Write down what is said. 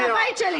זה הבית שלי.